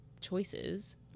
choices